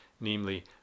namely